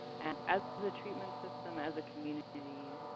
and as as a treatment system, as a community,